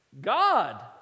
God